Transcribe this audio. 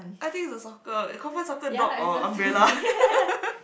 I thought it was soccer it confirm soccer dog or umbrella